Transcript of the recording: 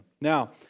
Now